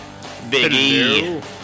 Biggie